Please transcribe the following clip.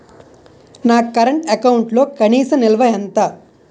నా కరెంట్ అకౌంట్లో కనీస నిల్వ ఎంత?